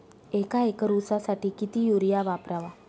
एक एकर ऊसासाठी किती युरिया वापरावा?